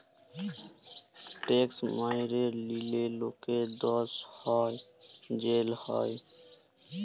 tax ম্যাইরে লিলে লকের দস হ্যয় জ্যাল হ্যয়